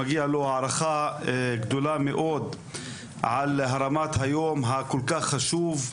שמגיעה לו הערכה גדולה מאוד על הרמת היום הכל כך חשוב הזה.